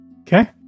Okay